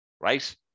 right